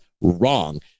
wrong